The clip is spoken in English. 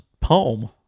poem